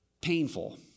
painful